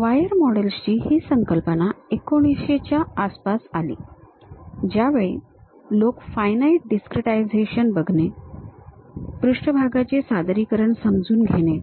wire मॉडेल्सची ही संकल्पना 1900 च्या आसपास आली ज्यावेळी लोक फायनाईट डिस्क्रिटायझेशन बघणे पृष्ठभागाचे सादरीकरण समजून घेणे